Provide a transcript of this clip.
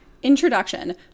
Introduction